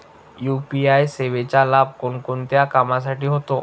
UPI सेवेचा लाभ कोणकोणत्या कामासाठी होतो?